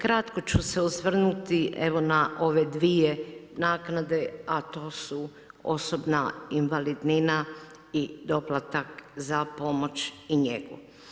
Kratko ću se osvrnuti evo na ove dvije naknade, a to su osobna invalidnina i doplatak za pomoć i njegu.